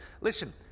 Listen